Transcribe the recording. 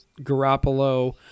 Garoppolo